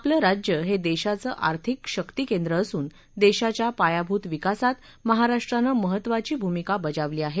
आपलं राज्य हे देशाचं आर्थिक शक्ती केंद्र असून देशाच्या पायाभूत विकासात महाराष्ट्रानं महत्त्वाची भूमिका बजावली आहे